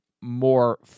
more